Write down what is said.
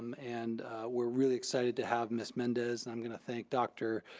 um and we're really excited to have ms. mendez and i'm gonna thank dr.